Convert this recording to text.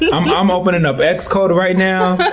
yeah i'm um opening up and xcode right now. but